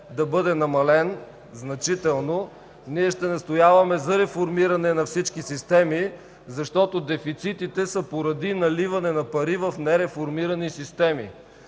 да бъде намален значително. Ще настояваме за реформиране на всички системи, защото дефицитите са поради наливане на пари в нереформирани системи.